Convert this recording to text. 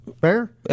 Fair